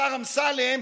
השר אמסלם,